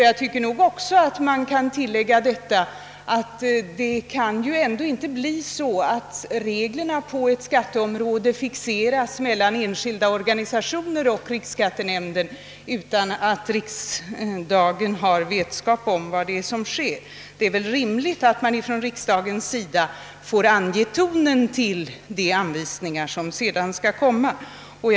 Jag tycker nog också man kan tilllägga att det ändå inte kan bli så, att reglerna på vårt skatteområde fixeras mellan enskilda organisationer och riksskattenämnden utan att riksdagen har vetskap om vad som sker. Det är väl rimligt att riksdagen får ange tonen i de anvisningar som skall utfärdas.